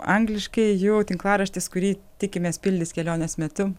angliškai jų tinklaraštis kurį tikimės pildys kelionės metu